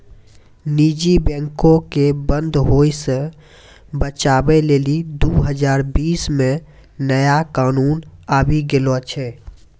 निजी बैंको के बंद होय से बचाबै लेली दु हजार बीस मे नया कानून आबि गेलो छै